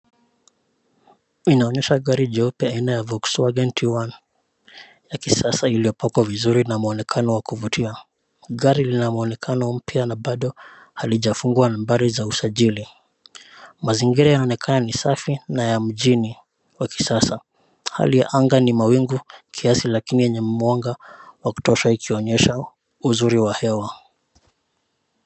Inaonyesha gari jeupe aina ya volkswagen T1, ya kisasa iliyopakwa vizuri na mwonekano wa kuvutia. Gari linamwonekano mpya na bado halijafungwa nambari za usajili. Mazingira yanaonekana ni safi na ya mjini wa kisasa. Hali ya anga ni mawingu kiasi lakini yenye mwanga wa kutosha ikionyesha uzuri wa hewa.